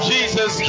Jesus